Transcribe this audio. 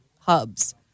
hubs